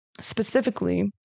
specifically